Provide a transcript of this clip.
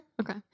Okay